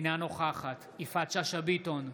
אינה נוכחת יפעת שאשא ביטון,